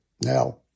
Now